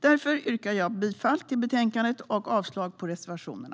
Därför yrkar jag bifall till förslaget i betänkandet och avslag på reservationerna.